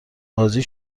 بازی